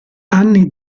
anni